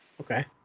okay